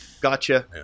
Gotcha